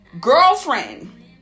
girlfriend